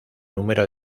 número